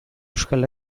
euskal